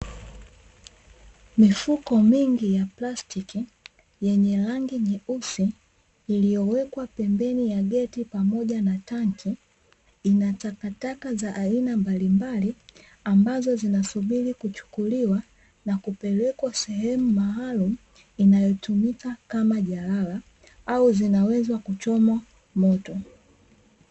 Mifuko mingi ya plastiki yenye rangi nyeusi iliyowekwa pembeni ya geti na pamoja na tanki, inatakataka za aina mbalimbali ambazo zinasubiri kuchukuliwa na kupelekwa sehemu maalumu inayotumika kama jalala au zinaweza kuchomwa moto.